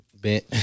Bent